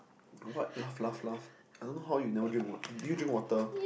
what laugh laugh laugh I don't know how you never drink water did you drink water